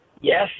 Yes